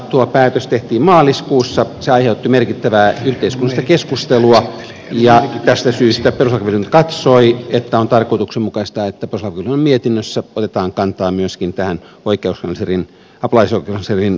tuo päätös tehtiin maaliskuussa se aiheutti merkittävää yhteiskunnallista keskustelua ja tästä syystä perustuslakivaliokunta katsoi että on tarkoituksenmukaista että perustuslakivaliokunnan mietinnössä otetaan kantaa myöskin tähän apulaisoikeuskanslerin kannanottoon